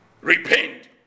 repent